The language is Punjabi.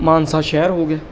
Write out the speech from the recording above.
ਮਾਨਸਾ ਸ਼ਹਿਰ ਹੋ ਗਿਆ